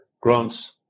grants